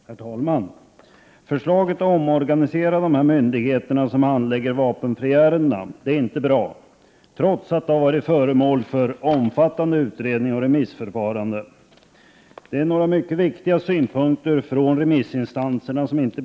Herr talman! Förslaget att omorganisera myndigheterna som handlägger ärenden rörande vapenfri tjänst är inte bra — trots att det har varit föremål för ett omfattande utredningsoch remissförfarande. Några mycket viktiga synpunkter från remissinstanserna beaktas inte.